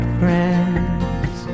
friends